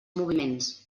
moviments